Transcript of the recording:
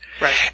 Right